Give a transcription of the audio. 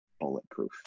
bulletproof